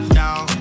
down